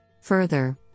Further